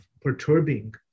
perturbing